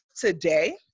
today